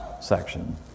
section